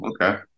Okay